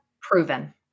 proven